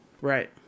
Right